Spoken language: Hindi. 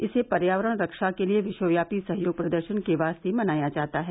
इसे पर्यावरण रक्षा के लिए विश्वव्यापी सहयोग प्रदर्शन के वास्ते मनाया जाता है